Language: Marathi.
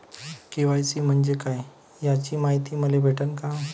के.वाय.सी म्हंजे काय याची मायती मले भेटन का?